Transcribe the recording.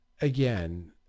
Again